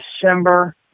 December